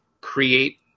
create